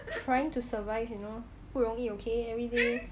trying to survive you know 不容易 okay everyday